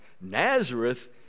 nazareth